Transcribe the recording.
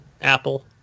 Apple